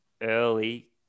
early